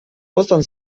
ostern